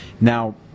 Now